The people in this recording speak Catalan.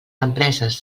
empreses